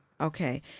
Okay